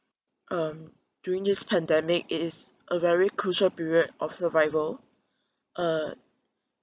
um during this pandemic it is a very crucial period of survival uh